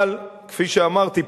אבל כפי שאמרתי,